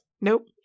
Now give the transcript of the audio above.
Nope